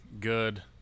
good